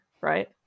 right